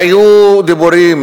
והיו דיבורים,